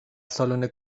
سالن